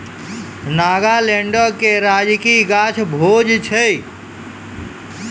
नागालैंडो के राजकीय गाछ भोज छै